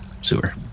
sewer